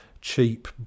cheap